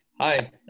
Hi